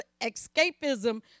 escapism